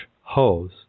hose